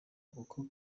uko